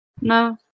No